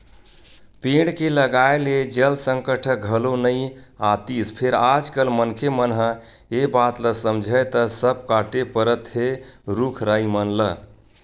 पेड़ के लगाए ले जल संकट ह घलो नइ आतिस फेर आज कल मनखे मन ह ए बात ल समझय त सब कांटे परत हे रुख राई मन ल